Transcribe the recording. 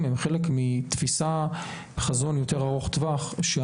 אני בעצמי דיברתי עם 200 מתמחים ופגשתי אולי מתמחה אחד שהוא בעד סופי